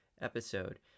episode